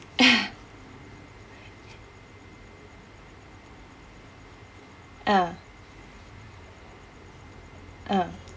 ah ah